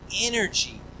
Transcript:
energy